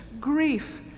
grief